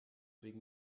wegen